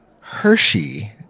Hershey